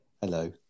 Hello